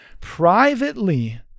privately